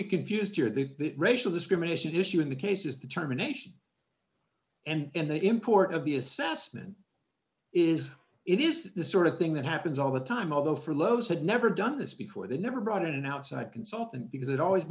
be confused or the racial discrimination issue in the case is determination and the import of the assessment is it is the sort of thing that happens all the time although for lowe's had never done this before they never brought in an outside consultant because it always